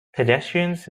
pedestrians